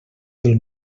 del